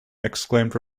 exclaimed